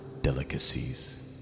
delicacies